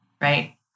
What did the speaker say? right